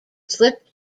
slipped